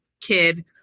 kid